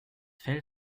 fell